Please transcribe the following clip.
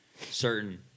certain